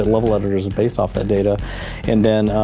level letters and based off that data and then,